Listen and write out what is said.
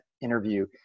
interview